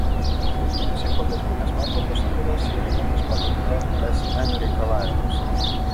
buitinės ir pagalbinės patalpos sandėliuose įrengiamos pagal rsn reikalavimus